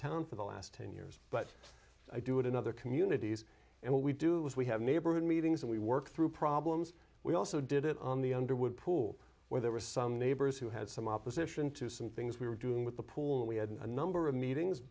for the last ten years but i do it in other communities and what we do is we have neighborhood meetings and we work through problems we also did it on the underwood pool where there were some neighbors who had some opposition to some things we were doing with the pool and we had a number of meetings